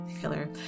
killer